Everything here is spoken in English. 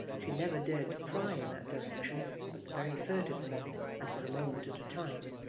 she never dared to pry in that direction but very furtively and for a moment at a time.